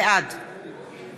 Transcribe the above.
בעד